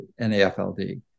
NAFLD